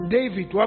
David